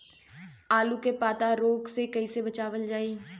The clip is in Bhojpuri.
आलू के पाला रोग से कईसे बचावल जाई?